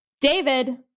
David